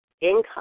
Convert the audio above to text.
income